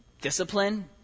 discipline